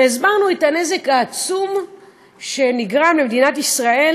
והסברנו את הנזק העצום שנגרם למדינת ישראל